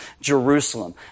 Jerusalem